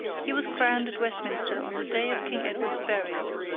he was crowned at westminster on the day of king edward's burial.